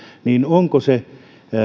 onko se